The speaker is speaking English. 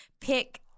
pick